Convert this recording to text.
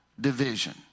division